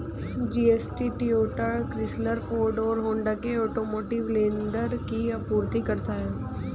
GST Toyota, Chrysler, Ford और Honda के automotive leather की आपूर्ति करता है